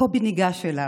קובי ניגש אליו,